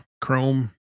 chrome